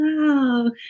Wow